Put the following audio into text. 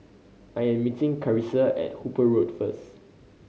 I am meeting Carisa at Hooper Road first